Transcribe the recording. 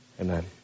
Amen